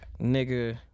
Nigga